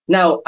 Now